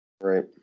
Right